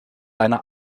deine